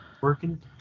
working